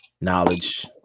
knowledge